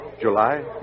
July